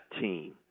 team